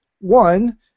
one